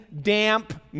damp